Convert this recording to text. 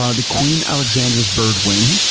ah the queen alexandra's birdwing,